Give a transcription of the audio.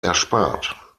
erspart